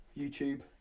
YouTube